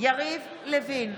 יריב לוין,